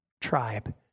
tribe